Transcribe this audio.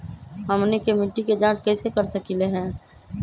हमनी के मिट्टी के जाँच कैसे कर सकीले है?